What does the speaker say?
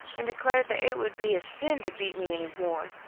and declared that it would be a sin to beat me any more.